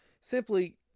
simply